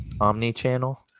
Omni-channel